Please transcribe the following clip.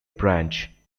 branch